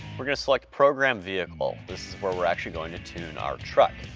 we're gonna select program vehicle, this is where we're actually going to tune our truck.